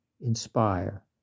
inspire